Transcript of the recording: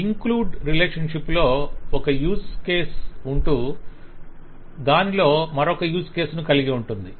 include relationship లో ఒక use case ఉంటూ దానిలో మరొక యూజ్ కేస్ ను కలిగి ఉంటుంది